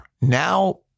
Now